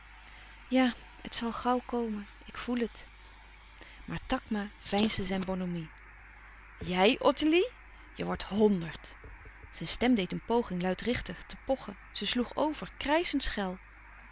ja het zal gauw komen ik voel het louis couperus van oude menschen de dingen die voorbij gaan maar takma veinsde zijn bonhomie jij ottilie je wordt honderd zijn stem deed een poging luidruchtig te pochen ze sloeg over krijschend schel